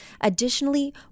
Additionally